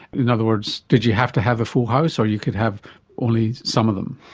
in other words, did you have to have a full house, or you could have only some of them?